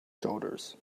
shoulders